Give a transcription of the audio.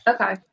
okay